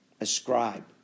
Ascribe